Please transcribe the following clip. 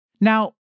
Now